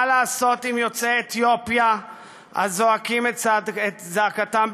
מה לעשות עם יוצאי אתיופיה הזועקים את זעקתם,